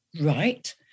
right